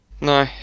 No